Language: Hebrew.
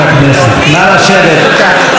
ברשות יושב-ראש